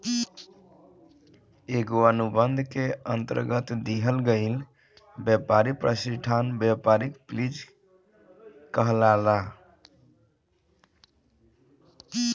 एगो अनुबंध के अंतरगत दिहल गईल ब्यपारी प्रतिष्ठान ब्यपारिक लीज कहलाला